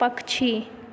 पक्षी